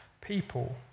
people